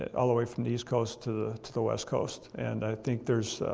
all the way from the east coast to to the west coast and i think there's